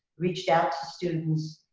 reached out to students,